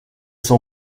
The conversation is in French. son